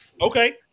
Okay